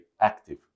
active